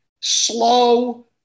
slow